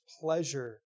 pleasure